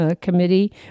committee